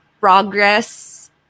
progress